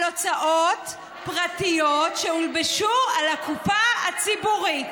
על הוצאות פרטיות שהולבשו על הקופה הציבורית.